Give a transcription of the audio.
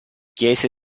chiese